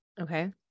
Okay